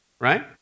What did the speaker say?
right